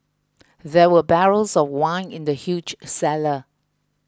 there were barrels of wine in the huge cellar